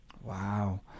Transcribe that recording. Wow